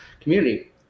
community